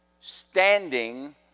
standing